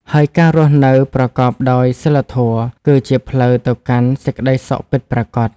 ហើយការរស់នៅប្រកបដោយសីលធម៌ គឺជាផ្លូវទៅកាន់សេចក្តីសុខពិតប្រាកដ។